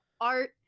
art